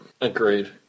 agreed